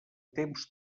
temps